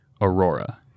aurora